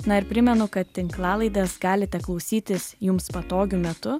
na ir primenu kad tinklalaidės galite klausytis jums patogiu metu